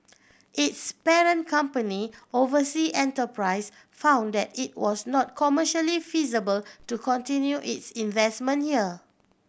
its parent company Oversea Enterprise found that it was not commercially feasible to continue its investment here